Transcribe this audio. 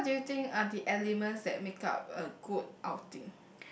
then what do you think are the elements that make up a good outing